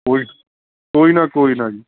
ਕੋਈ ਕੋਈ ਨਾ ਕੋਈ ਨਾ ਜੀ